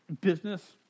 business